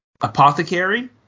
Apothecary